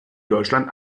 deutschland